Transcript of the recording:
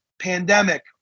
pandemic